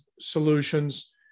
solutions